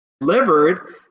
delivered